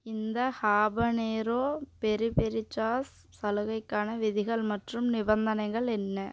இந்த habanero peri peri sauce சலுகைக்கான விதிகள் மற்றும் நிபந்தனைகள் என்ன